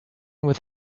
with